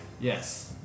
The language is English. Yes